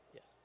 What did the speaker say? Yes